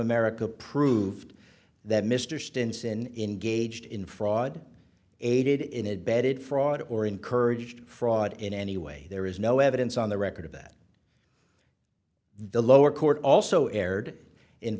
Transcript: america proved that mr stenson engaged in fraud aided in it bedded fraud or encouraged fraud in any way there is no evidence on the record of that the lower court also erred in